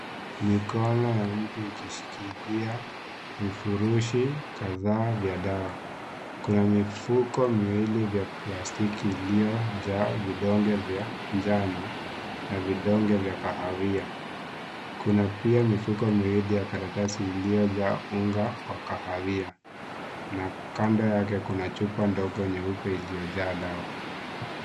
Mikono ya mtu ikishikilia vifurushi kadhaa vya dawa. Kuna mifuko miwili vya plastiki iliyojaa vidonge vya njano, na vidonge vya kahawia. Kuna pia mifuko miwili ya karatasi iliyojaa unga wa kahawia. Na kando yake kuna chupa ndogo nyeupe iliyojaa dawa.